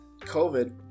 COVID